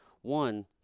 One